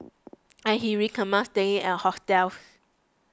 and he recommends staying at hostels